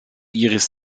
iris